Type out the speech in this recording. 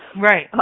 Right